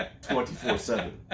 24-7